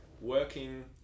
working